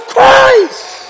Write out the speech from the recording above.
Christ